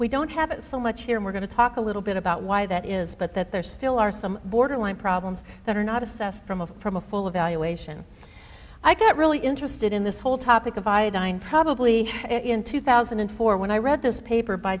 we don't have it so much here we're going to talk a little bit about why that is but that there still are some borderline problems that are not assessed from a from a full evaluation i got really interested in this whole topic of iodine probably in two thousand and four when i read this paper by